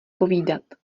povídat